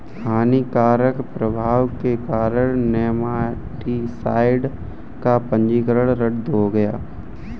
हानिकारक प्रभाव के कारण नेमाटीसाइड का पंजीकरण रद्द हो गया